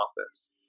office